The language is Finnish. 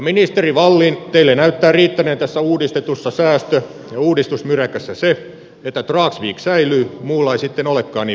ministeri wallin teille näyttää riittäneen tässä yhdistetyssä säästö ja uudistusmyräkässä se että dragsvik säilyy muulla ei sitten olekaan niin väliä